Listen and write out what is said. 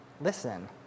listen